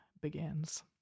begins